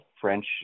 French